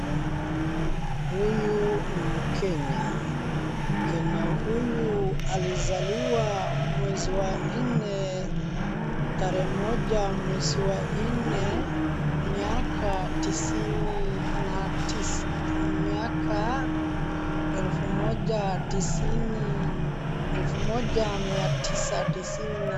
Huyu ni mkenya, mkenya huyu alizaliwa mwezi wa nne, tarehe moja mwezi wa nne mwaka elfu moja mia tisa tisini na nne.